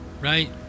right